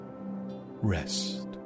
rest